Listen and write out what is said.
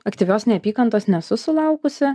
aktyvios neapykantos nesu sulaukusi